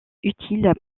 utile